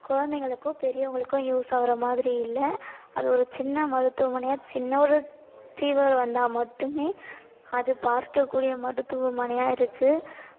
குழந்தைகளுக்கும் பெரியவங்களுக்கும் யூஸ் ஆகிற மாதிரி இல்லை அது ஒரு சின்ன மருத்துவமனையா சின்ன ஒரு ஃபீவர் வந்தால் மட்டும் அது பார்க்க கூடிய மருத்துவமனையாக இருக்குது